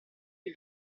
più